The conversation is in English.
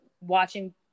watching